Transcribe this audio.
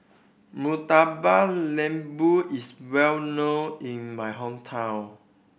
Murtabak Lembu is well known in my hometown